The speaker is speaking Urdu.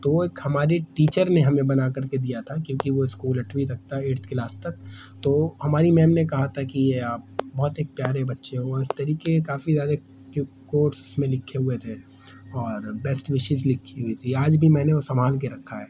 تو وہ ایک ہماری ٹیچر نے ہمیں بنا کر کے دیا تھا کیونکہ وہ اسکول آٹھویں تک تھا ایٹتھ کلاس تک تو ہماری میم نے کہا تھا کہ یہ آپ بہت ایک پیارے بچے ہو اور اس طریقے کے کافی زیادہ کوٹس اس میں لکھے ہوئے تھے اور بیسٹ وشیز لکھی ہوئی تھی آج بھی میں نے وہ سنبھال کے رکھا ہے